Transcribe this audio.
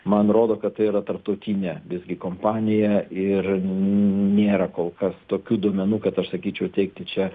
man rodo kad tai yra tarptautinė visgi kompanija ir nėra kol kas tokių duomenų kad aš sakyčiau teigti čia